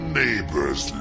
neighbors